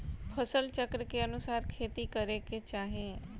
फसल चक्र के अनुसार खेती करे के चाही